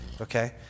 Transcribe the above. okay